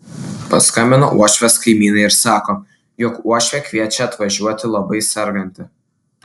paskambino uošvės kaimynai ir sako jog uošvė kviečia atvažiuoti labai serganti